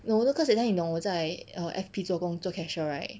no you know cause that time 我在 err F_P 做工做 cashier right